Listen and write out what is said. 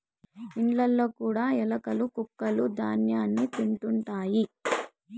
ఇండ్లలో కూడా ఎలుకలు కొక్కులూ ధ్యాన్యాన్ని తింటుంటాయి